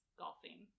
golfing